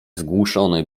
zgłuszony